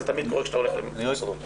זה תמיד קורה כשאתה הולך למוסדות חוץ.